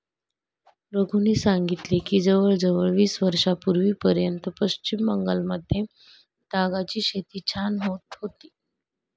रघूने सांगितले की जवळजवळ वीस वर्षांपूर्वीपर्यंत पश्चिम बंगालमध्ये तागाची शेती छान होत होती